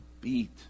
beat